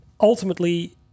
ultimately